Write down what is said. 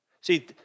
See